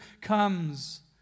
comes